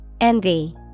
Envy